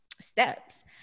steps